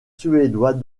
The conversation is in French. suédois